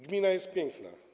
Gmina jest piękna.